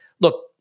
look